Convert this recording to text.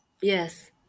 yes